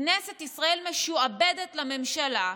כנסת ישראל משועבדת לממשלה,